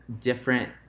different